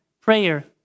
prayer